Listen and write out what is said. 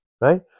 right